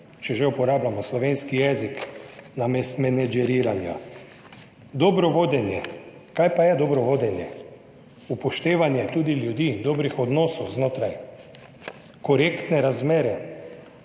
če uporabljamo slovenski jezik namesto besede menedžeriranje. Dobro vodenje. Kaj pa je dobro vodenje? Upoštevanje tudi ljudi, dobrih odnosov med njimi, korektne razmere,